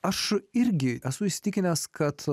aš irgi esu įsitikinęs kad